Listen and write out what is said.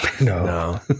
no